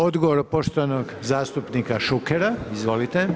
Odgovor poštovanog zastupnika Šukera, izvolite.